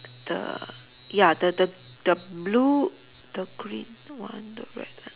the ya the the the blue the green one the red